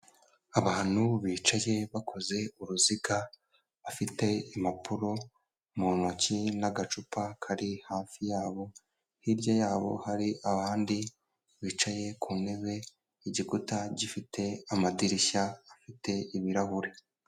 Abantu bicaye bakoze uruziga, bafite impapuro mu ntoki n'agacupa kari hafi yabo, hirya yabo hari abandi bicaye ku ntebe y'igikuta gifite amadirishya afite ibirahure.